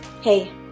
Hey